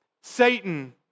Satan